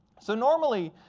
so normally,